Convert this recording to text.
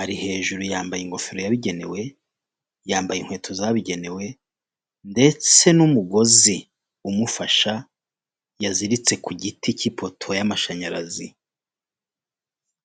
ari hejuru yambaye ingofero yabigenewe yambaye inkweto zabigenewe ndetse n'umugozi umufasha yaziritse ku giti cy'ipoto y'amashanyarazi.